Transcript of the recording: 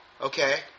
okay